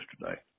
yesterday